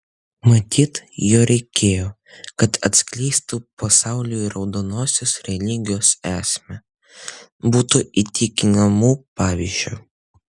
matyt jo reikėjo kad atskleistų pasauliui raudonosios religijos esmę būtų įtikinamu pavyzdžiu